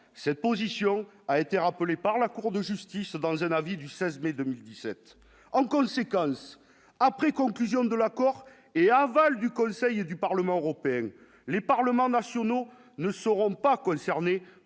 cette position a été rappelé par la Cour de justice, dans un avis du 16 mai 2017 en conséquence après conclusion de l'accord et aval du Conseil et du Parlement européen, les parlements nationaux ne seront pas concernés